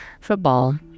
football